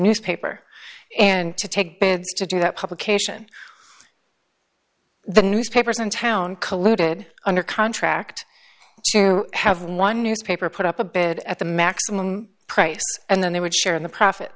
newspaper and to take to do that publication the newspapers and town colluded under contract have one newspaper put up a bid at the maximum price and then they would share in the profit